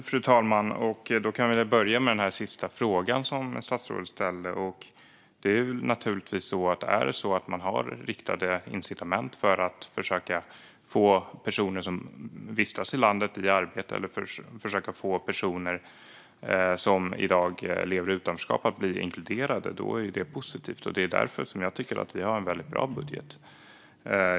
Fru talman! Jag kan börja med frågan som statsrådet ställde i slutet. Det är naturligtvis så att om man har riktade incitament för att försöka få personer som vistas i landet i arbete eller försöka få personer som i dag lever i utanförskap att bli inkluderade så är det positivt. Därför tycker jag att vi har en väldigt bra budget.